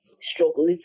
struggle